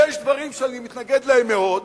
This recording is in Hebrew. יש דברים שאני מתנגד להם מאוד,